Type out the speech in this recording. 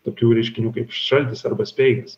tokių reiškinių kaip šaltis arba speigas